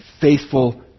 faithful